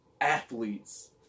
athletes